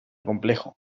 complejo